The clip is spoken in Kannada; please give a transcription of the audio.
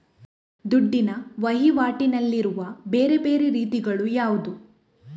ದುಡ್ಡಿನ ವಹಿವಾಟಿನಲ್ಲಿರುವ ಬೇರೆ ಬೇರೆ ರೀತಿಗಳು ಯಾವುದು?